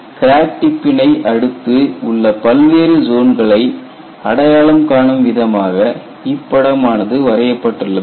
crack டிப்பினை அடுத்து உள்ள பல்வேறு ஜோன்களை அடையாளம் காணும் விதமாக இப்படமானது வரையப்பட்டுள்ளது